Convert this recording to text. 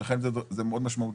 ולכן הנתון הזה מאוד משמעותי.